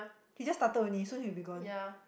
he just started only so he will be gone